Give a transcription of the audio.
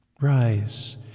Rise